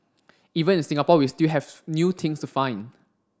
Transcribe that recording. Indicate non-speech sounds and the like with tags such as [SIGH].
even in Singapore we still have [UNINTELLIGIBLE] new things to find